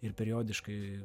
ir periodiškai